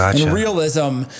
realism